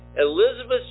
Elizabeth